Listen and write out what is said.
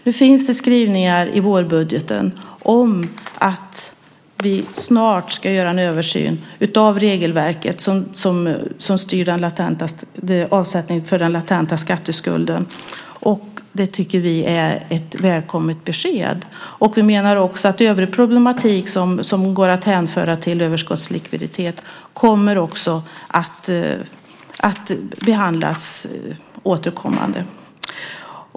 Nu finns det skrivningar i vårbudgeten om att vi snart ska göra en översyn av regelverket som styr avsättningen för den latenta skatteskulden. Det tycker vi är ett välkommet besked. Vi menar att övrig problematik som går att hänföra till överskottslikviditet också kommer att behandlas återkommande.